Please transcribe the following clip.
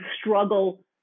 struggle